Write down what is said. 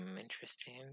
interesting